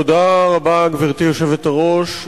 תודה רבה, גברתי היושבת-ראש.